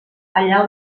allà